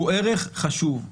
הוא ערך חשוב.